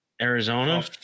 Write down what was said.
arizona